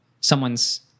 someone's